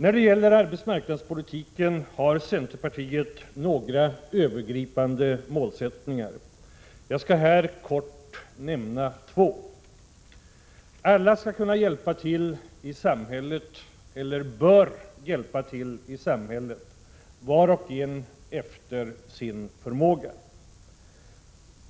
När det gäller arbetsmarknadspolitiken har centerpartiet några övergripande målsättningar. Jag skall här kort nämna två. Den första är att alla skall kunna, eller bör kunna, hjälpa till i samhället — var och en efter sin förmåga.